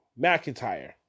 McIntyre